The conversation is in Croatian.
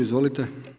Izvolite.